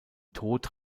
tod